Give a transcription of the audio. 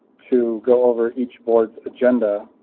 to go over each board's agenda,